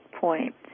point